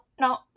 No